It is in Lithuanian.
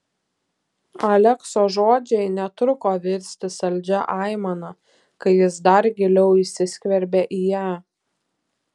alekso žodžiai netruko virsti saldžia aimana kai jis dar giliau įsiskverbė į ją